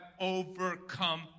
overcome